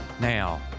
Now